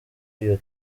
iyo